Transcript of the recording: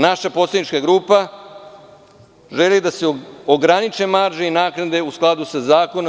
Naša poslanička grupa želi da se ograniče marže i naknade u skladu sa zakonom.